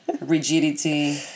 Rigidity